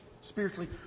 spiritually